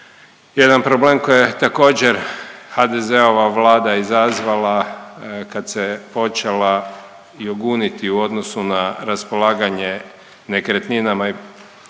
jedan problem koji je također HDZ-ova Vlada izazvala kad se je počela joguniti u odnosu na raspolaganje nekretninama